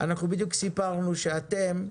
בדיוק סיפרנו שאתם,